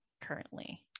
currently